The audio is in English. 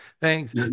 Thanks